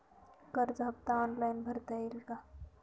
कर्ज हफ्ता ऑनलाईन भरता येईल का?